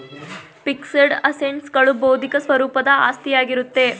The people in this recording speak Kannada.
ಫಿಕ್ಸಡ್ ಅಸೆಟ್ಸ್ ಗಳು ಬೌದ್ಧಿಕ ಸ್ವರೂಪದ ಆಸ್ತಿಯಾಗಿರುತ್ತೆ